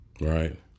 Right